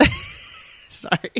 Sorry